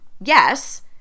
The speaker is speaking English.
yes